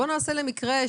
בואו נעשה למקרה,